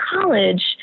college